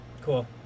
Cool